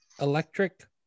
electric